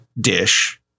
dish